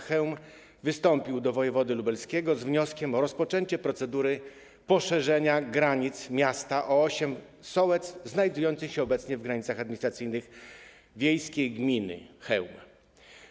Chełm wystąpił do wojewody lubelskiego z wnioskiem o rozpoczęcie procedury poszerzenia granic miasta o osiem sołectw znajdujących się obecnie w granicach administracyjnych wiejskiej gminy Chełm.